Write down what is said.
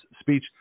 speech